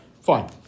fine